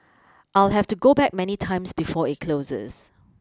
I'll have to go back many times before it closes